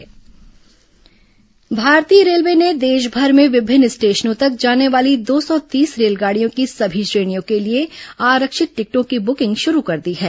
rail आरक्षण भारतीय railway ने देशमर भें विभिन्न स्टेशनों तक जाने वाली दो सौ तीस रेलगाड़ियों की सभी श्रेणियों के लिए आरक्षित टिकटों की बुकिंग शुरू कर दी है